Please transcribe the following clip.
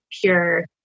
pure